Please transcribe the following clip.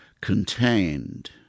contained